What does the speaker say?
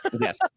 Yes